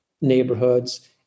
neighborhoods